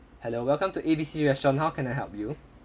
hello welcome to A B C restaurant how can I help you